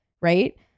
right